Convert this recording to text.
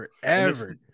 forever